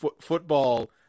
football